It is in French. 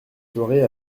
soirée